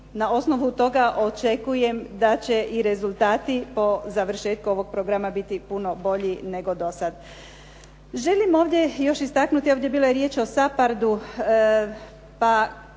na osnovu toga očekujem da će i rezultati po završetku ovog programa biti puno bolji nego do sada. Želim ovdje još istaknuti, ovdje je bilo riječi o SAPARD-u pa